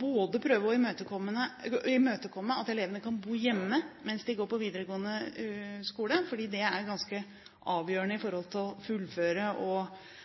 både å prøve å imøtekomme ønsket om at elevene kan bo hjemme mens de går på videregående skole – det er ganske avgjørende for å fullføre og